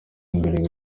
imbere